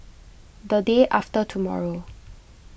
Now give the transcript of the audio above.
the day after tomorrow